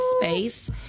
space